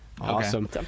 Awesome